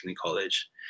College